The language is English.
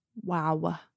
Wow